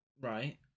Right